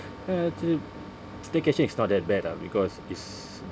ya actually staycation is not that bad ah because it's